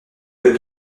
que